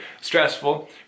stressful